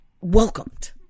welcomed